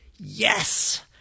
Yes